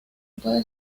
puede